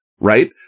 right